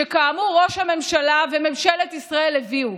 שכאמור ראש הממשלה וממשלת ישראל הביאו.